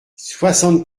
soixante